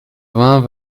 vingt